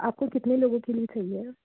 आपको कितने लोगों के लिए चाहिए